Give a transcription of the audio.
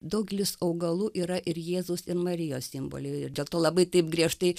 daugelis augalų yra ir jėzaus ir marijos simboliai ir dėl to labai taip griežtai